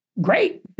Great